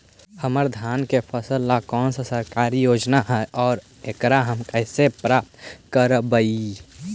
हमर धान के फ़सल ला कौन सा सरकारी योजना हई और एकरा हम कैसे प्राप्त करबई?